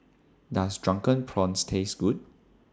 Does Drunken Prawns Taste Good